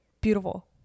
beautiful